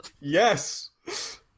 Yes